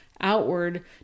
outward